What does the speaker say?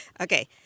Okay